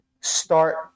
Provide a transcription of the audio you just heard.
start